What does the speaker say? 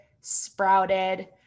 sprouted